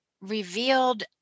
revealed